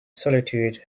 solitude